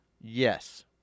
Yes